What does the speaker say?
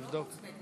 תן לי לבדוק.